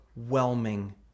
Overwhelming